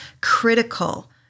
critical